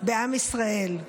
בעם ישראל.